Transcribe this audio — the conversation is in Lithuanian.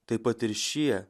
taip pat ir šie